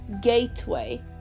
gateway